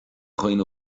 dhaoine